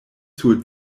sur